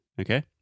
Okay